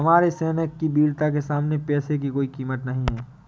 हमारे सैनिक की वीरता के सामने पैसे की कोई कीमत नही है